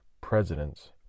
presidents